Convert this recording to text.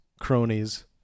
cronies